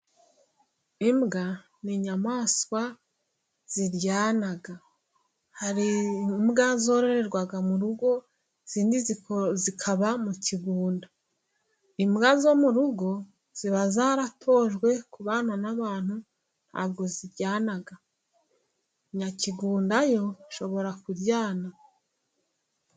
Imbwa ni inyamaswa ziryana. Hari imbwa zororerwa mu rugo, izindi zikaba mu kigunda. Imbwa zo mu rugo ziba zaratojwe kubana n'abantu ntabwo ziryana. Inyakigunda yo ishobora kuryana.